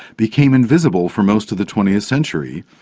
became invisible for most of the twentieth century.